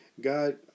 God